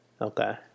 Okay